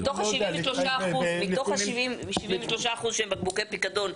מתוך ה-73% של פיקדון,